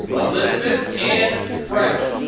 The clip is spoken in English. elizabeth ann freck.